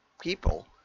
people